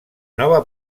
nova